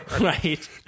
right